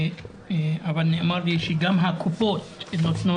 אבל נאמר לי שגם הקופות מפנות